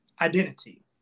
identity